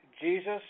Jesus